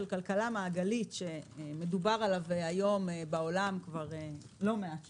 כלכלה מעגלית שמדובר עליו היום בעולם כבר לא מעט שנים,